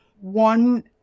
One